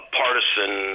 partisan